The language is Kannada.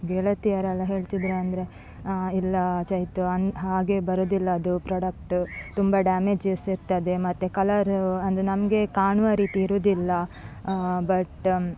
ಗೆಳತಿಯರೆಲ್ಲ ಹೇಳ್ತಿದ್ದರು ಅಂದರೆ ಇಲ್ಲ ಚೈತು ಅಂ ಹಾಗೇ ಬರುವುದಿಲ್ಲ ಅದು ಪ್ರಾಡಕ್ಟ್ ತುಂಬ ಡ್ಯಾಮೇಜಸ್ ಇರ್ತದೆ ಮತ್ತು ಕಲರು ಅಂದರೆ ನಮಗೆ ಕಾಣುವ ರೀತಿ ಇರುವುದಿಲ್ಲ ಬಟ್